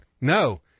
No